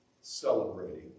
celebrating